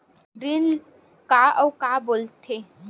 ऋण का अउ का बोल थे?